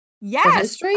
yes